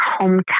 hometown